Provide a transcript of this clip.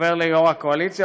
עובר ליו"ר הקואליציה,